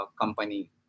company